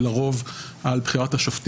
שדיברת.